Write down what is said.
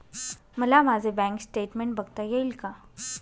मला माझे bank statement बघता येईल का?